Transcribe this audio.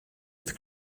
het